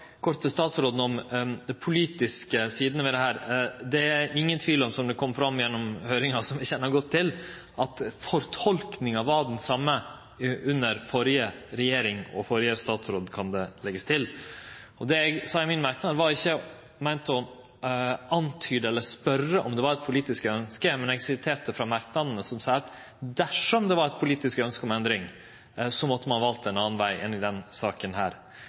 kort til statsråden – om dei politiske sidene ved dette. Det er ingen tvil om, som det kom fram gjennom høyringa, som vi kjenner godt til, at fortolkinga var den same under førre regjering – og under førre statsråd, kan det leggjast til. Det eg sa i merknaden min, var ikkje meint å antyde eller spørje om det var eit politisk ønske, men eg siterte frå merknadene, som seier at dersom det var eit politisk ønske om endring, måtte ein valt ein annan veg enn i denne saka.